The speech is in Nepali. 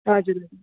हजुर